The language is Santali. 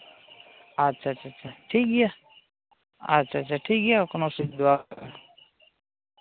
ᱟᱪᱪᱷᱟ ᱟᱪᱪᱷᱟ ᱴᱷᱤᱠ ᱜᱮᱭᱟ ᱟᱪᱪᱷᱟ ᱟᱪᱪᱷᱟ ᱴᱷᱤᱠ ᱜᱮᱭᱟ ᱠᱚᱱᱳ ᱚᱥᱩᱵᱤᱫᱷᱟ ᱵᱟᱹᱱᱩᱜᱼᱟ